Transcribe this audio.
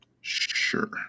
Sure